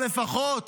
או לפחות